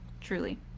truly